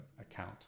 account